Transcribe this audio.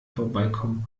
vorbeikommen